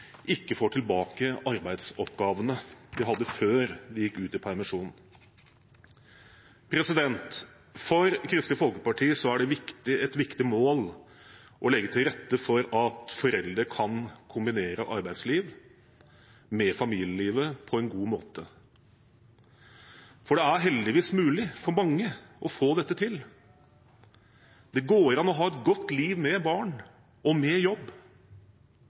ikke får tilbake arbeidsoppgavene de hadde før de gikk ut i permisjon. For Kristelig Folkeparti er det et viktig mål å legge til rette for at foreldre kan kombinere arbeidslivet med familielivet på en god måte. For det er heldigvis mulig for mange å få til dette. Det går an å ha et godt liv med barn og jobb.